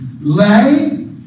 lay